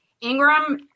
ingram